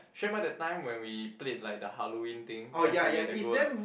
that time when we played like the Halloween thing then we have to go like